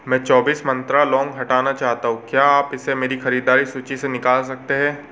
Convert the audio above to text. मैं चौबीस मंत्रा लौंग हटाना चाहता हूँ क्या आप इसे मेरी ख़रीदारी सूची से निकाल सकते हैं